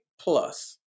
plus